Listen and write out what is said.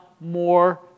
more